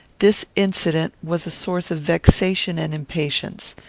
this incident was a source of vexation and impatience.